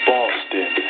Boston